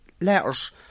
letters